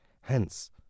Hence